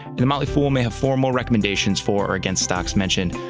and the motley fool may have formal recommendations for or against stocks mentioned,